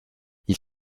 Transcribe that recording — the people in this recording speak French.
ils